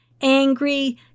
angry